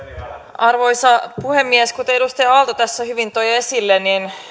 arvoisa puhemies kuten edustaja aalto tässä hyvin toi esille